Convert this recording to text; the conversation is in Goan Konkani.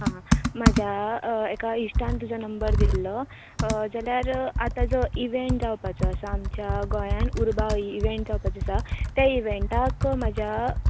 आं म्हज्या एका इश्टान तुजो नंबर दिल्लो जाल्यार आतां जो इवेंट जावपाचो आसा आमच्या गोंयान उर्बा इवेंट जावपाचो आसा त्या इवेंटाक म्हाज्या